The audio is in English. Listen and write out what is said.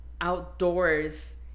outdoors